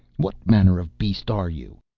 what manner of beast are you?